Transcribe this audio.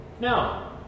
No